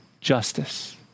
justice